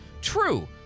True